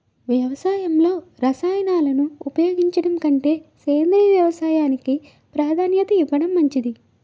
వ్యవసాయంలో రసాయనాలను ఉపయోగించడం కంటే సేంద్రియ వ్యవసాయానికి ప్రాధాన్యత ఇవ్వడం మంచిది